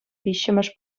виҫҫӗмӗш